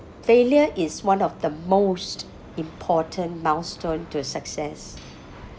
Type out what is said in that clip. failure is one of the most important milestone to success